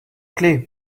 clef